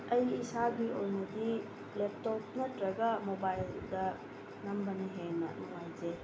ꯑꯩ ꯏꯁꯥꯒꯤ ꯑꯣꯏꯅꯗꯤ ꯂꯦꯞꯇꯣꯞ ꯅꯠꯇ꯭ꯔꯒ ꯃꯣꯕꯥꯏꯜꯗ ꯅꯝꯕꯅ ꯍꯦꯟꯅ ꯅꯨꯡꯉꯥꯏꯖꯩ